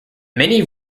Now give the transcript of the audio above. many